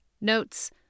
notes